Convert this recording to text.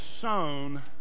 sown